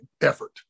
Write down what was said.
effort